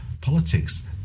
politics